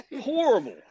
Horrible